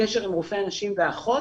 השירות.